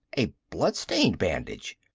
a blood-stained bandage!